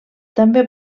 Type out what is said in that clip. també